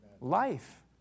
Life